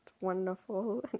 wonderful